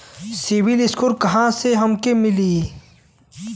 CIBIL score कहाँसे हमके मिली?